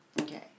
Okay